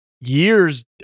years